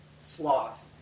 sloth